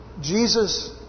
Jesus